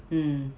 mm